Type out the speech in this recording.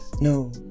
no